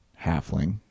halfling